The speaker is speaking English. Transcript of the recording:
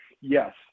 Yes